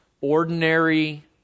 ordinary